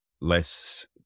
less